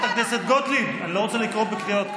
תפסיקו לפלג.